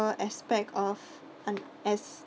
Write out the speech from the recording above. aspect of